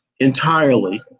Entirely